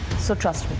so, trust